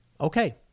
Okay